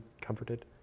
comforted